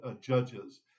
judges